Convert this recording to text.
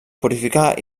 purificar